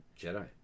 Jedi